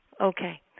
Okay